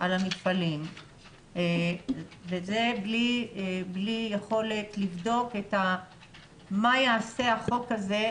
על המפעלים וזה בלי יכולת לבדוק מה יעשה החוק הזה,